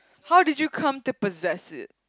how do you come to possess it